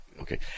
Okay